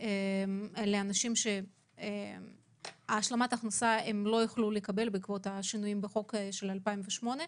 לאנשים שלא יכולים לקבל השלמת הכנסה בעקבות השינויים בחוק מ-2008.